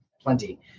plenty